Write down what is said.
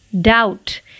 doubt